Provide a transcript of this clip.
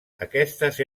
aquestes